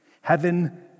Heaven